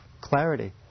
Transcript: clarity